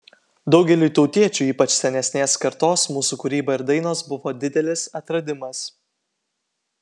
daugeliui tautiečių ypač senesnės kartos mūsų kūryba ir dainos buvo didelis atradimas